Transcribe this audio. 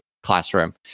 classroom